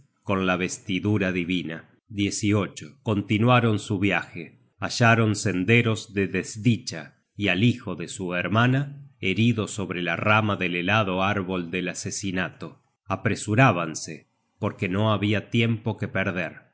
google book search generated at continuaron su viaje hallaron senderos de desdicha y al hijo de su hermana herido sobre la rama del helado árbol del asesinato apresurábanse porque no habia tiempo que perder